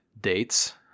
dates